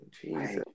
Jesus